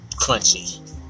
crunchy